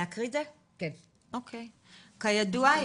כידוע,